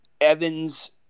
Evans